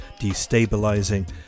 destabilizing